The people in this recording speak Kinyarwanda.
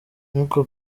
nkuko